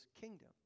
kingdom